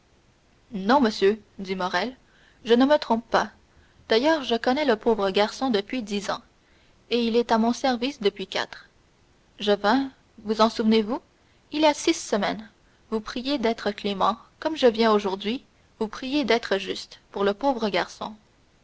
non monsieur dit morrel je ne me trompe pas d'ailleurs je connais le pauvre garçon depuis dix ans et il est à mon service depuis quatre je vins vous en souvenez-vous il y a six semaines vous prier d'être clément comme je viens aujourd'hui vous prier d'être juste pour le pauvre garçon